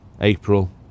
April